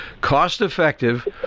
cost-effective